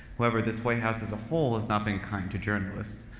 however, this white house as a whole has not been kind to journalists.